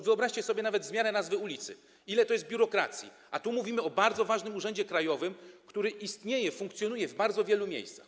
Wyobraźcie sobie nawet zmianę nazwy ulicy, ile to jest biurokracji, a tu mówimy o bardzo ważnym urzędzie krajowym, który istnieje, funkcjonuje w bardzo wielu miejscach.